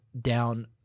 down